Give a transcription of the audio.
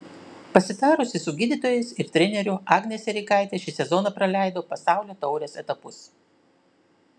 pasitarusi su gydytojais ir treneriu agnė sereikaitė šį sezoną praleido pasaulio taurės etapus